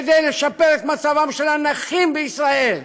כדי לשפר את מצבם של הנכים בישראל.